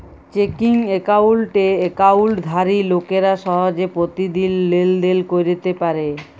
checking একাউল্টে একাউল্টধারি লোকেরা সহজে পতিদিল লেলদেল ক্যইরতে পারে